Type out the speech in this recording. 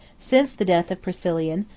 since the death of priscillian,